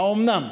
האומנם?